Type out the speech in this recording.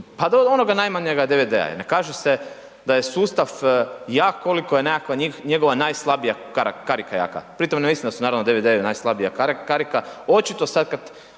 do onoga najmanjega DVD-a. I ne kaže se da je sustav jak koliko je nekakva njegova najslabija karika jaka, pri tom ne mislim da su naravno DVD-i najslabija karika, očito sad kad